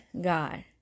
God